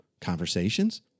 conversations